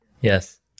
yes